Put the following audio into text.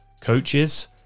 coaches